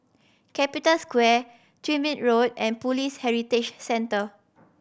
Capital Square Tyrwhitt Road and Police Heritage Centre